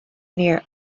mere